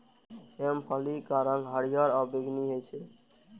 सेम फलीक रंग हरियर आ बैंगनी होइ छै